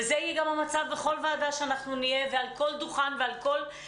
וזה יהיה גם המצב בכל ועדה שנהיה ועל כל דוכן שאפשרי